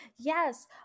Yes